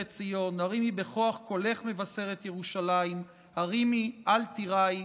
ציון הרימי בכח קולך מבשרת ירושלם הרימי אל תיראי".